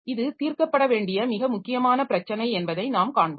இது தீர்க்கப்பட வேண்டிய மிக முக்கியமான பிரச்சனை என்பதை நாம் காண்போம்